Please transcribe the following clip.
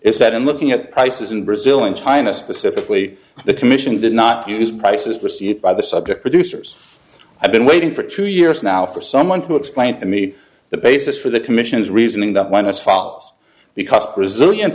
is that in looking at prices in brazil in china specifically the commission did not use prices received by the subject producers i've been waiting for two years now for someone to explain to me the basis for the commission's reasoning that when us follows because brazili